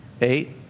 eight